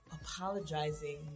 apologizing